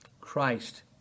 Christ